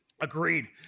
Agreed